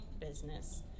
business